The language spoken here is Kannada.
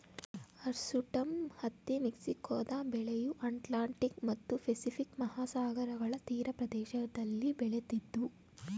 ಹರ್ಸುಟಮ್ ಹತ್ತಿ ಮೆಕ್ಸಿಕೊದ ಬೆಳೆಯು ಅಟ್ಲಾಂಟಿಕ್ ಮತ್ತು ಪೆಸಿಫಿಕ್ ಮಹಾಸಾಗರಗಳ ತೀರಪ್ರದೇಶದಲ್ಲಿ ಬೆಳಿತಿದ್ವು